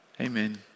Amen